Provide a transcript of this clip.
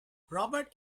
robert